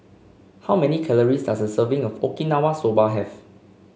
how many calories does a serving of Okinawa Soba have